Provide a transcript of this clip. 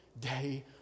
day